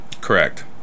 Correct